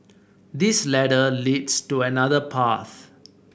this ladder leads to another path